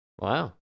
Wow